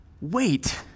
Wait